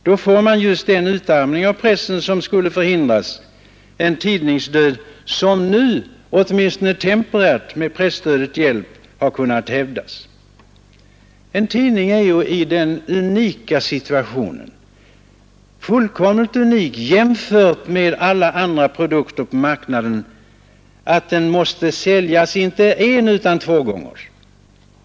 Då får man just den utarmning av pressen som skulle förhindras, och en tidningsdöd som åtminstone temporärt med presstödets hjälp nu kunnat hejdas. En tidning är i den situationen — fullkomligt unik jämfört med alla andra produkter på marknaden — att den måste säljas inte en utan två gånger.